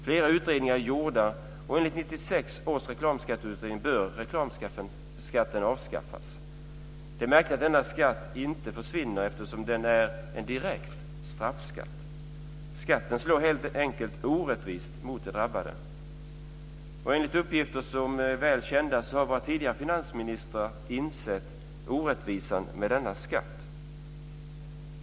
Flera utredningar är gjorda, och enligt 1996 års reklamskatteutredning bör reklamskatten avskaffas. Det är märkligt att denna skatt inte försvinner eftersom det är en direkt straffskatt. Skatten slår helt enkelt orättvist mot de drabbade. Enligt uppgifter som är väl kända har våra tidigare finansministrar insett orättvisan med denna skatt.